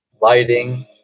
lighting